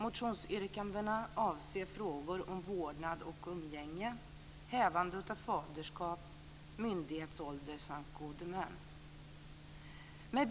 Motionsyrkandena avser frågor om vårdnad och umgänge, hävande av faderskap, myndighetsålder samt gode män.